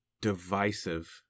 divisive